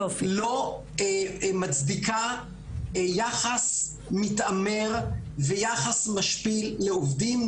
היא לא מצדיקה יחס מתעמר ויחס משפיל לעובדים,